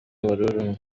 wari